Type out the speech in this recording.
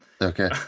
Okay